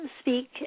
speak